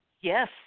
Yes